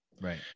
Right